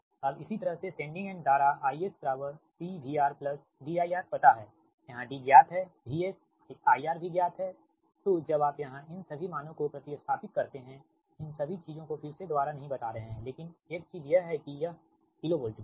अब इसी तरह से सेंडिंग एंड धारा IS CVR D IR पता है यहाँ D ज्ञात है VS IR भी पता है तो जब आप यहाँ इन सभी मानों को प्रति स्थापित करते हैं इन सभी चीजों को फिर से दोबारा नही बता रहे हैं लेकिन एक चीज यह है कि यह KV में है